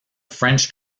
french